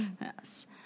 Yes